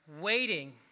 Waiting